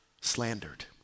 slandered